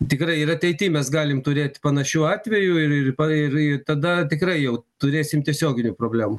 tikrai ir ateity mes galim turėt panašių atvejų ir ir pa ir ir tada tikrai jau turėsim tiesioginių problemų